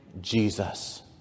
Jesus